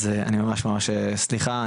אז ממש סליחה,